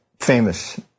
famous